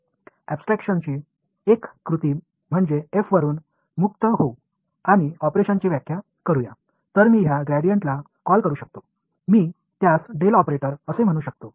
எனவே இந்த அப்ஸ்ட்ராக்சனின் செயல் என்பது நாம் f ஐ அகற்றி ஒரு ஆபரேட்டரை வரையறுத்து பார்த்தால் இந்த விஷயத்தை கிரேடியன்ட் என்று அழைக்கலாம் இது போன்று இருப்பதை ∇ ஆபரேட்டர் என்றும் அழைக்கலாம்